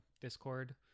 Discord